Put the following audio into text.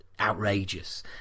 outrageous